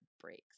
breaks